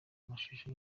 mashusho